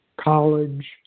college